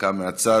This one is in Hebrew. דקה מהצד.